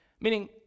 Meaning